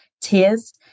tears